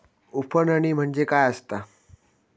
उफणणी म्हणजे काय असतां?